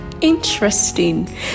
Interesting